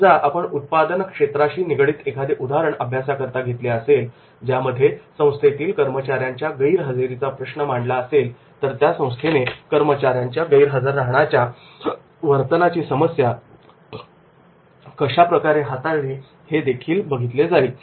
समजा आपण उत्पादन क्षेत्राशी निगडित एखादे उदाहरण अभ्यासाकरता घेतले असेल ज्यामध्ये संस्थेतील कर्मचार्यांच्या गैरहजेरीचा प्रश्न मांडला असेल तर त्या संस्थेने कर्मचाऱ्यांच्या गैरहजर राहण्याच्या वर्तनाची समस्या कशा प्रकारे हाताळली हे बघितले जाईल